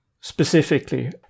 specifically